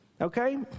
Okay